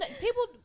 people